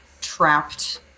trapped